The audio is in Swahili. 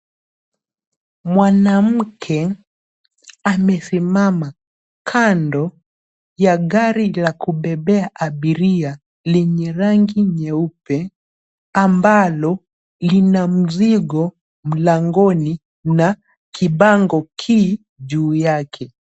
Mwanamke amesimama kando ya gari la kubebea abiria lenye rangi nyeupe ambalo lina mzigo mlangoni na kibango ki juu yake.